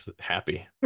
happy